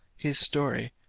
his story,